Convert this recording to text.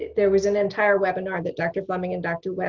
there was an entire webinar and that dr. flemming and dr.